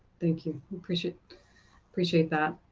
thank you. appreciate appreciate that.